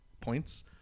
points